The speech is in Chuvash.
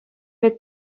пек